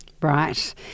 Right